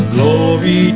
Glory